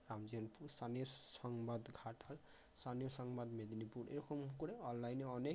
রামজেনপুর স্থানীয় সংবাদ ঘাটাল স্থানীয় সংবাদ মেদিনীপুর এরকম করে অনলাইনে অনেক